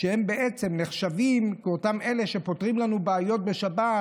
שהם נחשבים כאותם אלה שפותרים לנו בעיות בשבת,